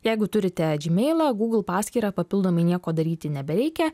jeigu turite džymeilą gūgl paskyrą papildomai nieko daryti nebereikia